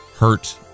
hurt